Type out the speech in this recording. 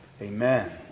Amen